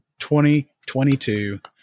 2022